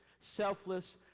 selfless